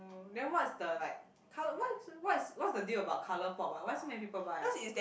oh then what's the like colour what's what's what's the thing about colour pop ah why so many people buy ah